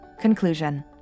Conclusion